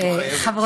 את לא חייבת.